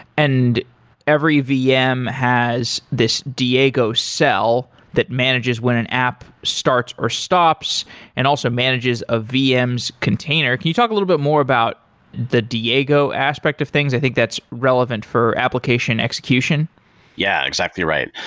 and every vm has this diego cell that manages when an app starts or stops and also manages a vm's container. can you talk a little bit more about the diego aspect of things, i think that's relevant for application execution yeah, exactly right.